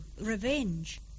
revenge